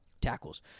tackles